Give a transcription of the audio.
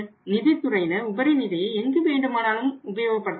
நிதி துறையினர் உபரி நிதியை எங்கு வேண்டுமானாலும் உபயோகப்படுத்தலாம்